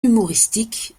humoristique